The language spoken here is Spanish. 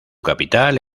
capital